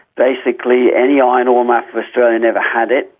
basically any iron ore map of australia never had it,